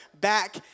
back